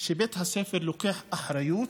בית הספר לוקח אחריות